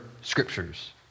scriptures